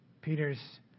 Peter's